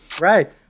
Right